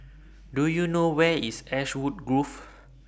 Do YOU know Where IS Ashwood Grove